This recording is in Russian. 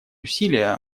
усилия